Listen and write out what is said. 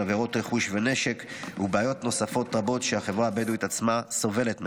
עבירות רכוש ונשק ובעיות נוספות רבות שהחברה הבדואית עצמה סובלת מהן.